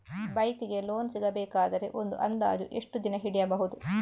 Bike ಗೆ loan ಸಿಗಬೇಕಾದರೆ ಒಂದು ಅಂದಾಜು ಎಷ್ಟು ದಿನ ಹಿಡಿಯಬಹುದು?